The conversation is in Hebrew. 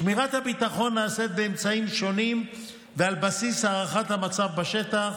שמירת הביטחון נעשית באמצעים שונים ועל בסיס הערכת המצב בשטח,